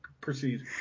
Proceed